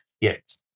Yes